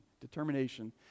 determination